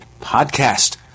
PODCAST